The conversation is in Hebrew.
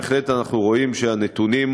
אנחנו רואים בהחלט שהנתונים,